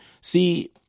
See